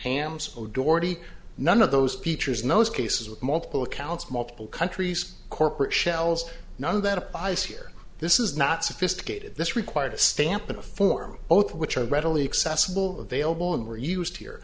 hams doherty none of those peters knows cases with multiple accounts multiple countries corporate shells none of that applies here this is not sophisticated this required a stamp in a form both which are readily accessible available and were used here